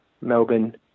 Melbourne